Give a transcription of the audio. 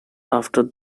after